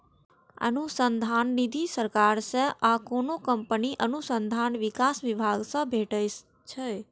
अनुसंधान निधि सरकार सं आ कोनो कंपनीक अनुसंधान विकास विभाग सं भेटै छै